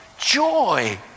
Joy